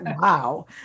wow